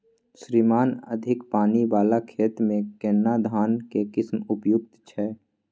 श्रीमान अधिक पानी वाला खेत में केना धान के किस्म उपयुक्त छैय?